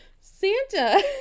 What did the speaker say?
Santa